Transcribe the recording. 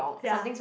ya